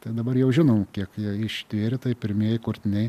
tai dabar jau žinom kiek jie ištvėrė tai pirmieji kurtiniai